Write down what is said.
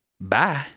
Bye